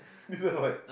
this one what